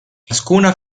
ciascuna